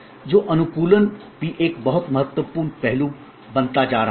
तो अनुकूलन भी एक बहुत महत्वपूर्ण पहलू बनता जा रहा है